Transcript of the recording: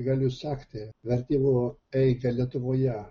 galiu sekti vertimų eigą lietuvoje